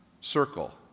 circle